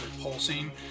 pulsing